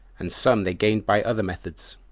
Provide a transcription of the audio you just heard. and some they gained by other methods